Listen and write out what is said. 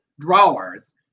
drawers